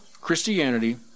Christianity